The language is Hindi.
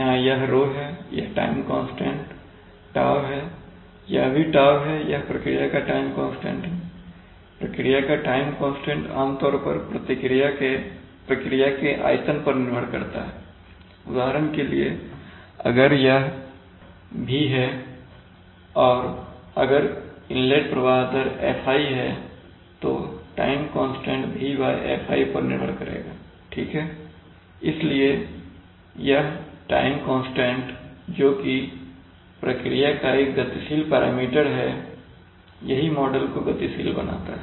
यहां यह ⍴ है यह टाइम कांस्टेंट 𝛕 है यह भी 𝛕 है यह प्रक्रिया का टाइम कांस्टेंट है प्रक्रिया का टाइम कांस्टेंट आमतौर पर प्रक्रिया के आयतन पर निर्भर करता है उदाहरण के लिए अगर यह V है और अगर इनलेट प्रवाह दर Fi है तो टाइम कांस्टेंट VFi पर निर्भर करेगा ठीक हैइसलिए यह टाइम कांस्टेंट जोकि प्रक्रिया का एक गतिशील पैरामीटर है यही मॉडल को गतिशील बनाता है